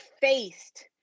faced